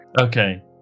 Okay